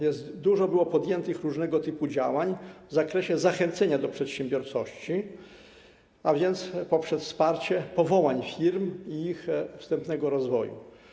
Wiele było podjętych różnego typu działań w zakresie zachęcenia do przedsiębiorczości, w tym poprzez wsparcie powołań firm i ich wstępnego rozwoju.